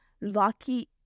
lucky